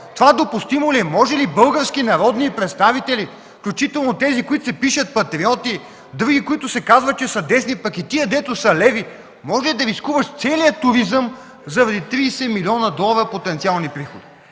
Това допустимо ли е?! Може ли български народни представители, включително тези, които се пишат патриоти, други, за които се казва, че са десни, пък и тези, дето са леви, може ли да рискуваш целия туризъм заради 30 млн. долара потенциални приходи?!